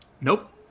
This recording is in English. Nope